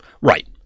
Right